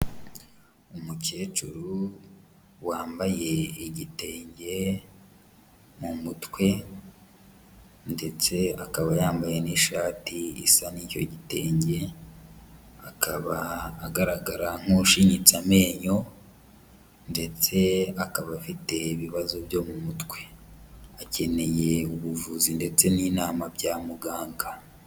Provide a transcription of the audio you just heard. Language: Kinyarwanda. Umukecuru wambaye igitenge mu mutwe ndetse akaba yambaye n'ishati isa n'icyo gitenge, akaba agaragara nk'ushinyitse amenyo, ndetse akaba afite ibibazo byo mu mutwe. Akeneye ubuvuzi ndetse n'inama bya muganga.